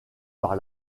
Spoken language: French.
par